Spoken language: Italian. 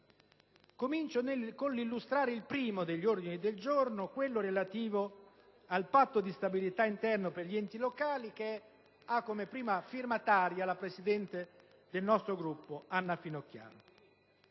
Comincio con l'illustrare l'ordine del giorno G101, relativo al Patto di stabilità interno per gli enti locali, che ha come prima firmataria la presidente del nostro Gruppo Anna Finocchiaro.